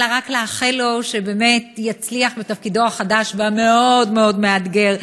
אלא רק לאחל לו שבאמת יצליח בתפקידו החדש והמאוד-מאוד מאתגר,